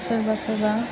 सोरबा सोरबा